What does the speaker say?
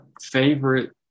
favorite